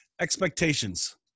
Expectations